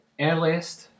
earliest